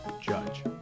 judge